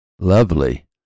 lovely